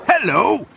Hello